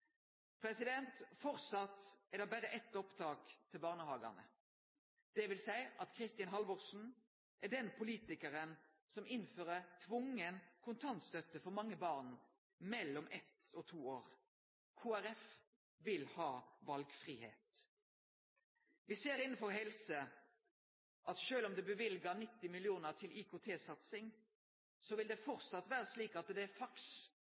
er det berre eitt opptak til barnehagane. Det vil seie at Kristin Halvorsen er den politikaren som innfører tvungen kontantstøtte for mange born mellom eitt og to år. Kristeleg Folkeparti vil ha valfridom. Me ser innanfor helse at sjølv om det er løyvt 90 mill. kr til IKT-satsing, vil det framleis vere slik at det er faks